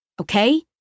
okay